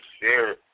share